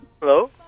Hello